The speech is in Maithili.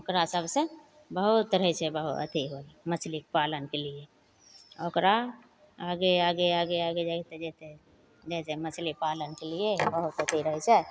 ओकरा सबसे बहुत रहै छै बहुत अथी मछलीके पालनके लिए ओकरा आगे आगे आगे आगे जाइते जाइते छै मछली पालनके लिए बहुत अथी रहै छै